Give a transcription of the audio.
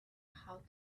how